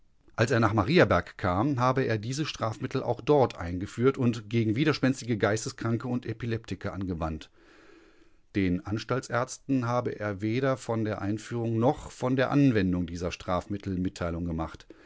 als er nach mariaberg kam habe er diese strafmittel auch dort eingeführt und gegen widerspenstige geisteskranke und epileptiker angewandt den anstaltsärzten habe er weder von der einführung noch von der anwendung dieser strafmittel mitteilung gemacht